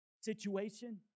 situation